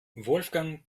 wolfgang